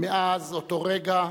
מאז אותו רגע